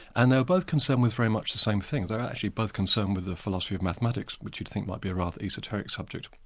and they were both concerned with very much the same thing. they were actually both concerned with the philosophy of mathematics, which you'd think might be a rather esoteric subject.